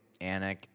Anik